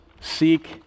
seek